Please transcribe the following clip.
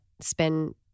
spend